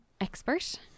expert